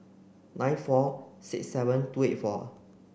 nine four six seven two eight four